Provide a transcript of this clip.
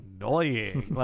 annoying